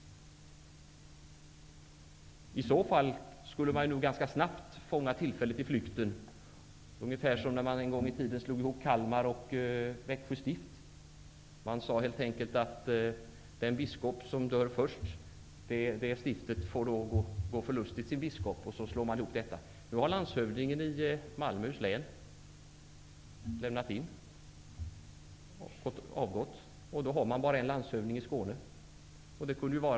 I så fall kunde man ganska snabbt fånga tillfället i flykten på ungefär samma sätt som när man slog ihop Kalmar och Växjö stift. Man sade helt enkelt att det stift vars biskop dör först får gå sin biskop förlustig, och så slår vi ihop stiften. Nu har landshövdingen i Malmöhus län avgått, och man har bara en landshövding i Skåne.